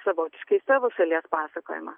savotiškai savo šalies pasakojimą